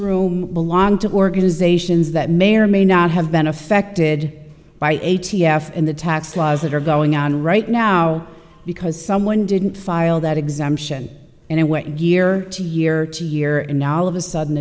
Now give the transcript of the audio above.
room belong to organizations that may or may not have been affected by a t f and the tax laws that are going on right now because someone didn't file that exemption and it went year to year to year and now all of a sudden